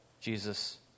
Jesus